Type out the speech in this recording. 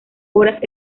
horas